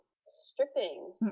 stripping